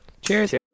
Cheers